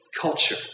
culture